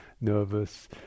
nervous